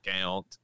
count